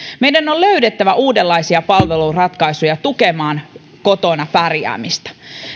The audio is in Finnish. meidän on on löydettävä uudenlaisia palveluratkaisuja tukemaan kotona pärjäämistä